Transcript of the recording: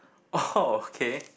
oh okay